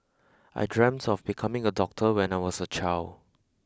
I dreamt of becoming a doctor when I was a child